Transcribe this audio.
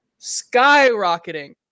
skyrocketing